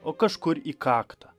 o kažkur į kaktą